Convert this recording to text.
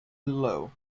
below